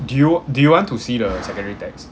do you do you want to see the secondary text